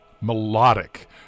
melodic